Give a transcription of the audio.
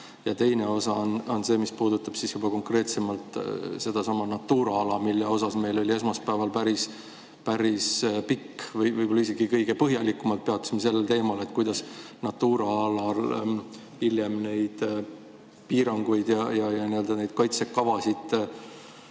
teine osa puudutab juba konkreetsemalt sedasama Natura ala, mille üle meil oli esmaspäeval päris pikk [arutelu], võib-olla isegi kõige põhjalikumalt peatusime sellel teemal, kuidas Natura alal hiljem neid piiranguid ja neid kaitsekavasid